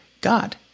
God